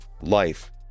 Life